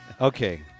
Okay